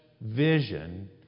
vision